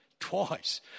Twice